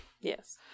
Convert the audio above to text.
Yes